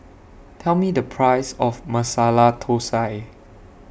Tell Me The Price of Masala Thosai